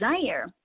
desire